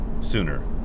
sooner